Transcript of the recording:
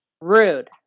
Rude